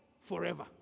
forever